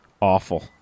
awful